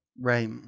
Right